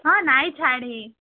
ହଁ ନାଇଁ ଛାଡ଼ି